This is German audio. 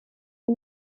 die